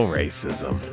racism